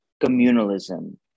communalism